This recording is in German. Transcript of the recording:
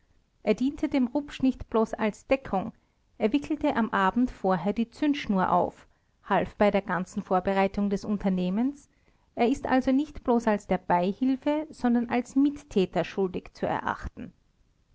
er diente dem rupsch nicht bloß als deckung er wickelte am abend vorher die zündschnur auf half bei der ganzen vorbereitung des unternehmens er ist also nicht bloß als der beihilfe sondern als mittäter schuldig zu erachten